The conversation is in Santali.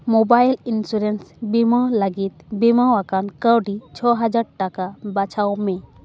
ᱢᱳᱵᱟᱭᱤᱞ ᱤᱱᱥᱩᱨᱮᱱᱥ ᱵᱤᱢᱟᱹ ᱞᱟᱹᱜᱤᱫ ᱵᱤᱢᱟᱹ ᱟᱠᱟᱱ ᱠᱟᱹᱣᱰᱤ ᱪᱷᱚ ᱦᱟᱡᱟᱨ ᱴᱟᱠᱟ ᱵᱟᱪᱷᱟᱣ ᱢᱮ